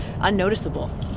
unnoticeable